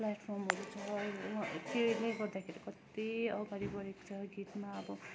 प्लेटफर्महरू छ त्यसले गर्दाखेरि कत्ति अगाडि बढेको छ गीतमा अब